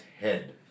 head